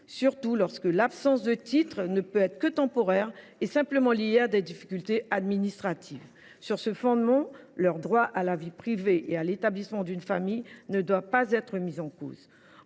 surtout lorsque l’absence de titre de séjour n’est que temporaire et liée à des difficultés administratives. Sur ce fondement, le droit à la vie privée et à l’établissement d’une famille ne doit pas être mis en cause.